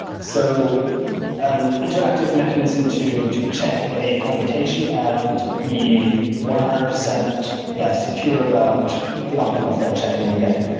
so an interactive mechanism to to check a computation and be one hundred percent yeah secure about the outcome of their check in the end.